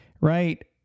right